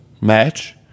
match